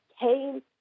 came